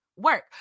work